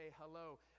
hello